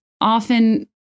often